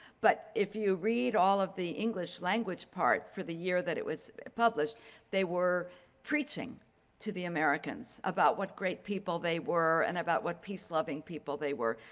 but if you read all of the english language part for the year that it was published they were preaching to the americans about what great people they were and about what peace loving people they were.